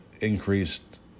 increased